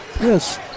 Yes